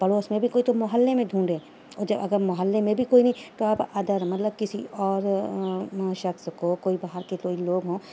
پڑوس میں بھی کوئی تو محلے میں ڈھونڈیں اور جب اگر محلہ میں بھی کوئی نہیں تو آپ ادر مطلب کسی اور شخص کو کوئی باہر کے کوئی لوگ ہوں